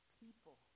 people